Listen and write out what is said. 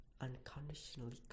unconditionally